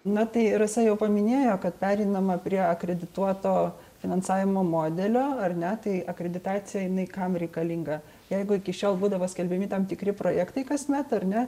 na tai rasa jau paminėjo kad pereinama prie akredituoto finansavimo modelio ar ne tai akreditacija jinai kam reikalinga jeigu iki šiol būdavo skelbiami tam tikri projektai kasmet ar ne